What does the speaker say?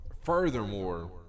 furthermore